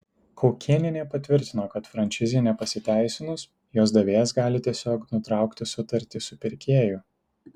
kaukėnienė patvirtino kad franšizei nepasiteisinus jos davėjas gali tiesiog nutraukti sutartį su pirkėju